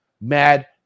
Mad